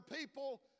people